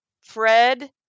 Fred